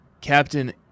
Captain